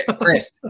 Chris